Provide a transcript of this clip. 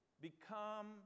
become